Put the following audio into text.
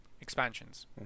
Expansions